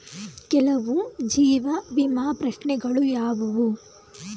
ಕೆಲವು ಜೀವ ವಿಮಾ ಪ್ರಶ್ನೆಗಳು ಯಾವುವು?